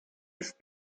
ist